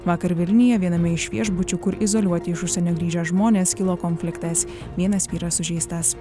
vakar vilniuje viename iš viešbučių kur izoliuoti iš užsienio grįžę žmonės kilo konfliktas vienas vyras sužeistas